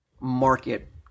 market